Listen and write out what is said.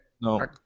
No